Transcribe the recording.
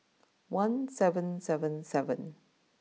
one seven seven seven